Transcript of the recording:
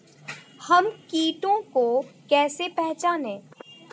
हम कीटों को कैसे पहचाने?